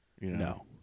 No